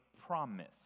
promise